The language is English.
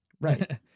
Right